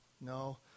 No